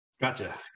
Gotcha